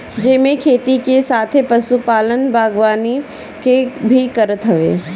जेमे खेती के साथे पशुपालन, बागवानी भी करत हवे